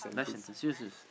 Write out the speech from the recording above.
life sentence serious serious